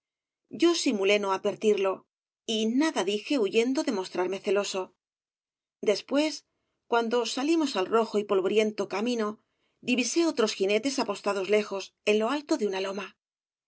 yo simulé no advertirlo y nada dije huyendo de mostrarme celoso después cuando salíamos al rojo y polvoriento camino divisé otros jinetes apostados lejos en lo alto de una loma